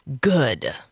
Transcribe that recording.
good